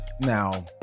now